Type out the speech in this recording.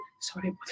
sorry